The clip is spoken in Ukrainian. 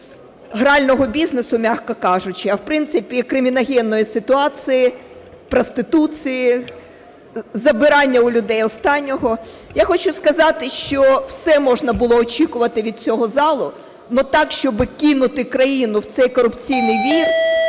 грального бізнесу, м'яко кажучи, а, в принципі, криміногенної ситуації, проституції, забирання у людей останнього. Я хочу сказати, що все можна було очікувати від цього залу, но так, щоб кинути країну в цей корупційний вір